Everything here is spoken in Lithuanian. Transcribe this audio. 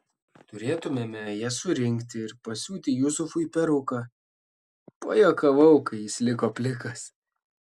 turėtumėme jas surinkti ir pasiūti jusufui peruką pajuokavau kai jis liko plikas